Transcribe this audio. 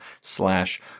slash